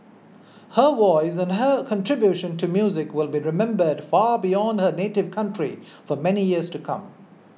her voice and her contribution to music will be remembered far beyond her native county for many years to come